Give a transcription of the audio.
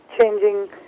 changing